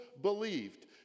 believed